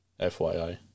FYI